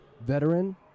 veteran